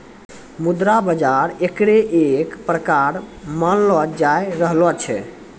मुद्रा बाजार एकरे एक प्रकार मानलो जाय रहलो छै